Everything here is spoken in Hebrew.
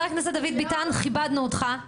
הכנסת דוד ביטן - כיבדנו אותך,